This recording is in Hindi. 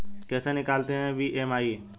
कैसे निकालते हैं बी.एम.आई?